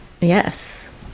Yes